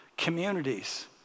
communities